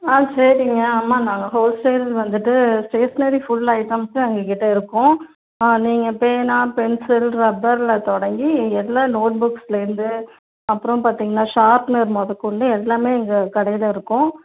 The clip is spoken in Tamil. ஆ சரிங்க ஆமாம் நாங்கள் ஹோல் சேல் வந்துட்டு ஸ்டேஷனரி ஃபுல் ஐட்டம்ஸும் எங்கள்கிட்ட இருக்கும் ஆ நீங்கள் பேனா பென்சில் ரப்பரில் தொடங்கி இங்கே எல்லா நோட் புக்ஸ்லேருந்து அப்புறம் பார்த்தீங்கன்னா ஷார்ப்னர் மொதற்கொண்டு எல்லாமே எங்கள் கடையில் இருக்கும்